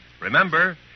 Remember